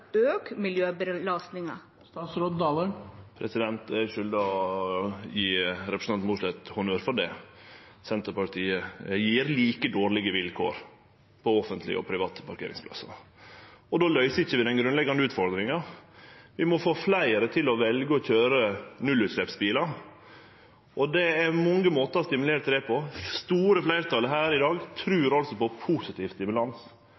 øke miljøbelastningen? Eg skuldar å gje representanten Mossleth honnør for det. Senterpartiet gjev like dårlege vilkår for offentlege og private parkeringsplassar. Og då løyser vi ikkje den grunnleggjande utfordringa: Vi må få fleire til å velje å køyre nullutsleppsbilar, og det er mange måtar å stimulere til det på. Det store fleirtalet her i dag trur altså på positiv stimulans,